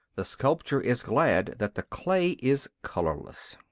the sculptor is glad that the clay is colourless.